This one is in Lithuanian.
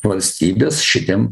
valstybės šitiem